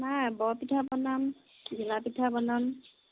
নাই বৰপিঠা বনাম ঘিলাপিঠা বনাম